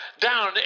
down